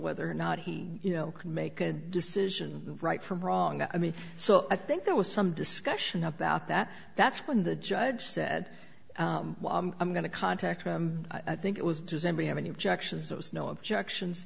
whether or not he you know can make a decision right from wrong i mean so i think there was some discussion about that that's when the judge said i'm going to contact him i think it was does anybody have any objections there was no objections